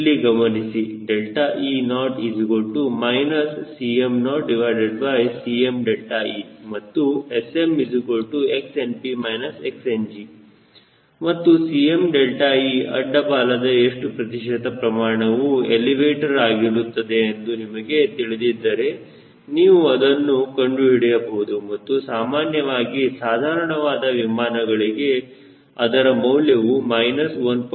ಇಲ್ಲಿ ಗಮನಿಸಿ e0 Cm0Cme ಮತ್ತು SMXNP XCG ಮತ್ತು Cme ಅಡ್ಡ ಬಾಲದ ಎಷ್ಟು ಪ್ರತಿಶತ ಪ್ರಮಾಣವು ಎಲಿವೇಟರ್ ಆಗಿರುತ್ತದೆ ಎಂದು ನಿಮಗೆ ತಿಳಿದಿದ್ದರೆ ನೀವು ಅದನ್ನು ಕಂಡುಹಿಡಿಯಬಹುದು ಮತ್ತು ಸಾಮಾನ್ಯವಾಗಿ ಸಾಧಾರಣವಾದ ವಿಮಾನಗಳಿಗೆ ಅದರ ಮೌಲ್ಯವು 1